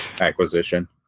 acquisition